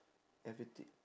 everything